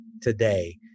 today